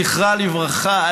זכרה לברכה,